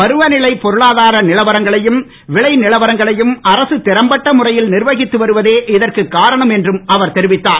பரும நிலை பொருளாதார நிலவரங்களையும் விலை நிலவரங்களையும் அரசு இறம்பட்ட முறையில் நிர்வகித்து வருவதே இதற்கு காரணம் என்றும் அவர் தெரிவித்தார்